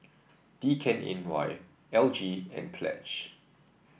D K N Y L G and Pledge